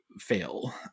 fail